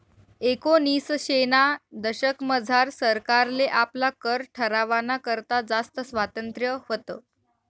एकोनिसशेना दशकमझार सरकारले आपला कर ठरावाना करता जास्त स्वातंत्र्य व्हतं